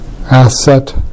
asset